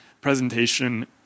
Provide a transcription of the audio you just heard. presentation